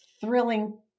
thrilling